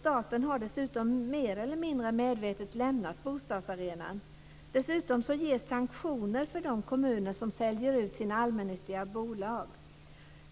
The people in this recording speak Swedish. Staten har dessutom mer eller mindre medvetet lämnat bostadsarenan. Dessutom ges sanktioner för de kommuner som säljer ut sina allmännyttiga bolag.